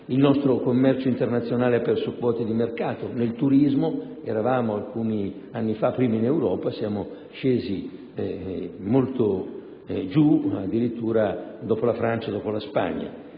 Il nostro commercio internazionale ha perso quote di mercato. Nel turismo alcuni anni fa eravamo primi in Europa; siamo scesi molto giù, addirittura dopo la Francia e dopo la Spagna.